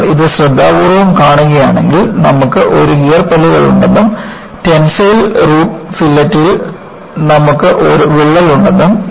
നമ്മൾ ഇത് ശ്രദ്ധാപൂർവ്വം കാണുകയാണെങ്കിൽ നമുക്ക് ഒരു ഗിയർ പല്ലുകളുണ്ടെന്നും ടെൻസൈൽ റൂട്ട് ഫില്ലറ്റിൽ നമുക്ക് ഒരു വിള്ളൽ ഉണ്ടെന്നും